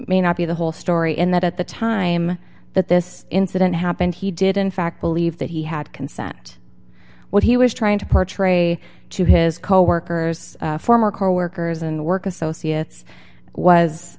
may not be the whole story and that at the time that this incident happened he did in fact believe that he had consent what he was trying to portray to his coworkers former coworkers and work associates was